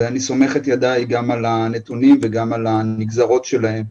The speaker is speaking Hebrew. ואני סומך את ידיי גם על הנתונים וגם על הנגזרות שלהם.